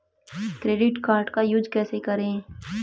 Credit card का use कैसे करें?